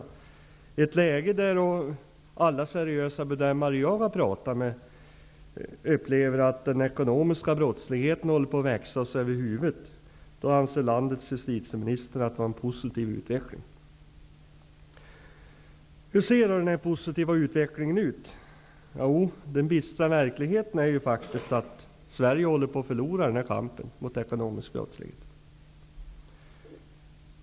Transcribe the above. I ett läge då alla seriösa bedömare som jag har talat med upplever att den ekonomiska brottsligheten håller på att växa oss över huvudet anser landets justitieminister att vi har en positiv utveckling. Hur ser då denna positiva utveckling ut? Jo, den bistra verkligheten är ju faktiskt att Sverige håller på att förlora kampen mot den ekonomiska brottsligheten.